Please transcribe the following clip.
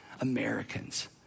Americans